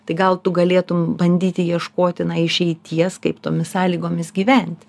tai gal tu galėtum bandyti ieškoti na išeities kaip tomis sąlygomis gyventi